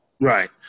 Right